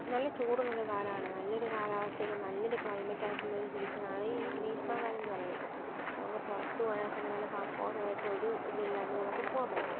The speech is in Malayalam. നല്ല ചൂടുള്ളൊരു കാലമാണ് നല്ലൊരു കാലാവസ്ഥയ്ക്ക് നല്ലൊരു ക്ലൈമറ്റ് ആയിട്ടുള്ള ഒരു സീസൺ ആണ് ഈ ഗ്രീഷ്മകാലമെന്ന് പറയുന്നത് നമുക്ക് പുറത്ത് പോവാനാണെങ്കിൽ തന്നെ നല്ല കംഫർട്ട് ആയിട്ട് ഒരു ഇതും ഇല്ലാണ്ട് നമുക്ക് പോവാൻ പറ്റും